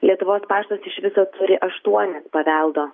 lietuvos paštas iš viso turi aštuonis paveldo